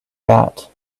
that